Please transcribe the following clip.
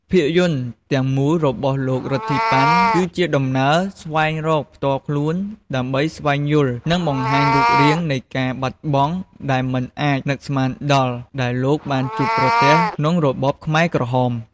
ភាពយន្តទាំងមូលរបស់លោក រិទ្ធី ប៉ាន់ គឺជាដំណើរស្វែងរកផ្ទាល់ខ្លួន ដើម្បីស្វែងយល់ និងបង្ហាញរូបរាងនៃការបាត់បង់ដែលមិនអាចនឹកស្មានដល់ដែលលោកបានជួបប្រទះក្នុងរបបខ្មែរក្រហម។